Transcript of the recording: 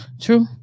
True